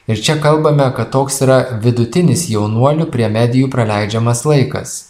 ir čia kalbame kad toks yra vidutinis jaunuolių prie medijų praleidžiamas laikas